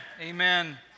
Amen